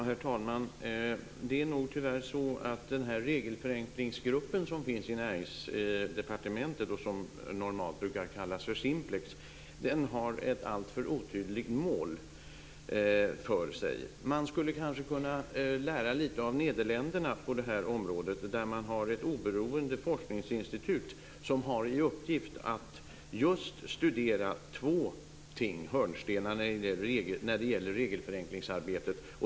Herr talman! Det är nog tyvärr så att den här regelförenklingsgruppen som finns i Näringsdepartementet, som normalt brukar kallas för Simplex, har ett alltför otydligt mål för sig. Man skulle kanske kunna lära lite av Nederländerna på det här området. Där har men ett oberoende forskningsinstitut som har i uppgift att just studera två ting - hörnstenar - när det gäller regelförenklingsarbetet.